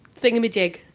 thingamajig